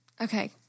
Okay